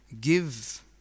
give